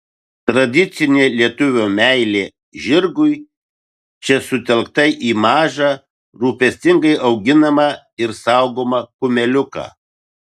tradicinė lietuvio meilė žirgui čia sutelkta į mažą rūpestingai auginamą ir saugomą kumeliuką